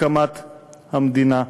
הקמת המדינה,